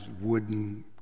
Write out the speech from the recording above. wooden